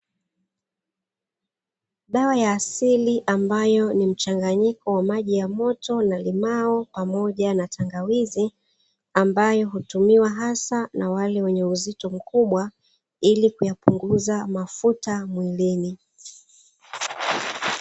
Dawa ya asili ambayo ni mchanganyiko wa maji ya moto na limao pamoja na tangawizi, ambayo hutumiwa hasa na wale wenye uzito mkubwa ili kuyapunguza mafuta mwilini.